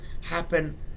happen